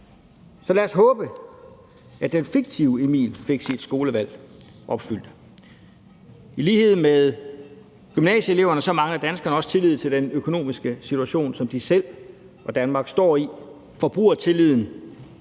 Så lad os håbe, at den fiktive Emil fik sit skolevalg opfyldt. I lighed med gymnasieeleverne mangler danskerne også tillid til den økonomiske situation, som de selv og Danmark står i. Forbrugertilliden,